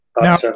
Now